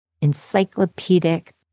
encyclopedic